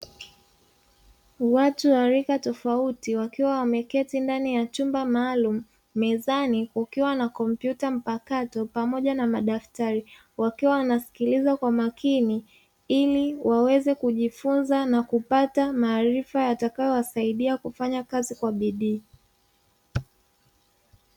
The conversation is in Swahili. Watu wa rika tofauti, wakiwa wameketi ndani ya chumba maalumu, mezani kukiwa na kompyuta mpakato pamoja na madaftari, wakiwa wanasikiliza kwa makini ili waweze kujifunza na kupata maarifa yatakayo wasaidia kufanya kazi kwa bidii.